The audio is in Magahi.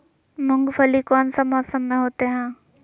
मूंगफली कौन सा मौसम में होते हैं?